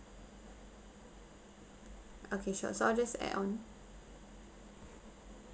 okay sure so I'll just add on